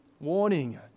warning